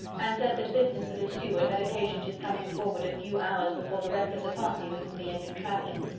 and said that business with his steward had occasioned his coming forward a few hours before the rest of the party with whom he had been travelling.